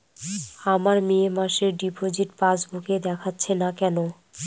আমার মে মাসের ডিপোজিট পাসবুকে দেখাচ্ছে না কেন?